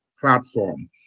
platform